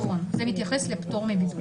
נכון, זה מתייחס לפטור מבידוד.